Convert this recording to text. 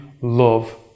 love